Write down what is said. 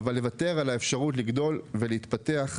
אבל לוותר על האפשרות לגדול ולהתפתח.